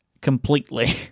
completely